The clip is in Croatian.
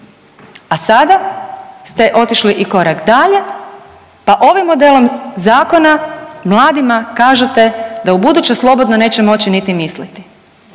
a sada ste otišli i korak dalje, pa ovim modelom zakona mladima kažete da u buduće slobodno neće moći niti misliti.